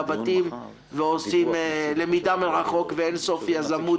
לבתים ועושים למידה ואין-סוף יזמות,